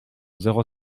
zéro